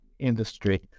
industry